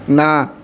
না